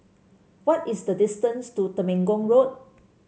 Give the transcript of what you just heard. what is the distance to Temenggong Road